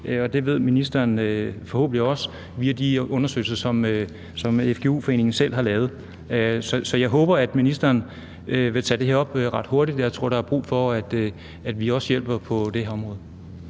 Det ved ministeren forhåbentlig også via de undersøgelser, som FGU Danmark selv har lavet. Så jeg håber, at ministeren vil tage det her op ret hurtigt. Jeg tror, der er brug for, at vi også hjælper på det her område.